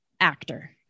actor